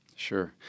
Sure